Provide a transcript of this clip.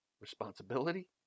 responsibility